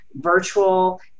virtual